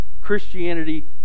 Christianity